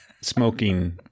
Smoking